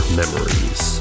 memories